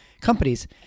companies